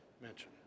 mention